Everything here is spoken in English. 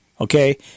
Okay